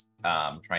trying